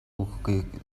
үгийг